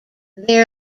they